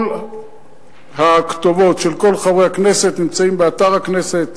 כל הכתובות של כל חברי הכנסת נמצאות באתר הכנסת,